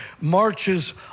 marches